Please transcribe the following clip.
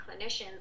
clinicians